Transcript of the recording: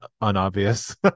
unobvious